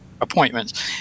appointments